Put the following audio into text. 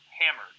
hammered